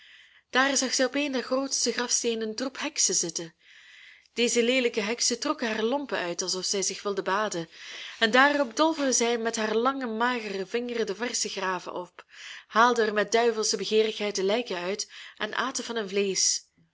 daar zag zij op een der grootste grafsteenen een troep heksen zitten deze leelijke heksen trokken haar lompen uit alsof zij zich wilden baden en daarop dolven zij met haar lange magere vingers de versche graven op haalden er met duivelsche begeerigheid de lijken uit en aten van hun vleesch